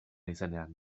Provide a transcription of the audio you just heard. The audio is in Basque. izenean